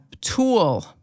tool